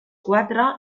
quatre